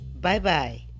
Bye-bye